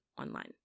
online